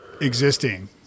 existing